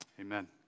Amen